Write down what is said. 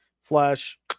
Flash